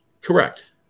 Correct